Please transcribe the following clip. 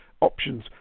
options